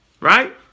right